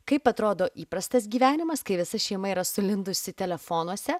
kaip atrodo įprastas gyvenimas kai visa šeima yra sulindusi telefonuose